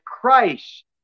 Christ